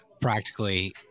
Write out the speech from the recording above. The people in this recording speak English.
practically